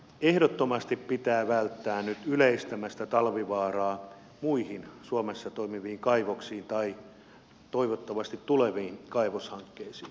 ehdottomasti pitää välttää nyt yleistämästä talvivaaraa muihin suomessa toimiviin kaivoksiin tai toivottavasti tuleviin kaivoshankkeisiin